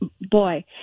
boy